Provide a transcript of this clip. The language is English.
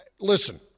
listen